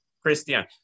Christian